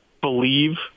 believe